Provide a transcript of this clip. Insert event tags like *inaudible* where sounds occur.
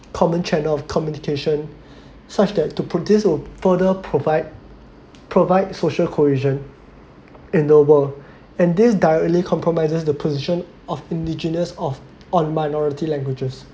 common channel of communication *breath* such that to who further provide provide social cohesion endeavor *breath* and this directly compromises the position of indigenous off on minority languages